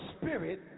spirit